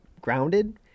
grounded